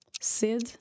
sede